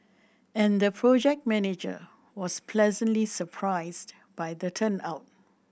and the project manager was pleasantly surprised by the turnout